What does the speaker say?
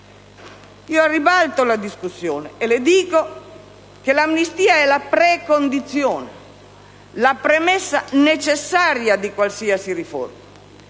Io ribalto la discussione e le dico che l'amnistia è la precondizione, la premessa necessaria di qualsiasi riforma.